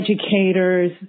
educators